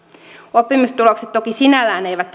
oppimistulokset toki sinällään eivät